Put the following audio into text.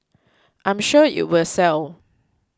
I'm sure it will sell